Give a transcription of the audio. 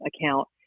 account